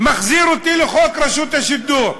זה מחזיר אותי לחוק רשות השידור.